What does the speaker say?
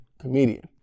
Comedian